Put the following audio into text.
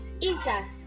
Isa